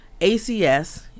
ACS